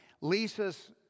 Lisa's